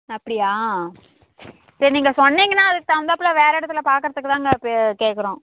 அப்படியா சரி நீங்கள் சொன்னிங்கன்னா அதுக்கு தவுந்தப்பில வேறு இடத்துல பார்க்கறதுக்கு தாங்க பே கேட்கறோம்